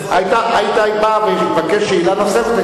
היית בא ומבקש שאלה נוספת,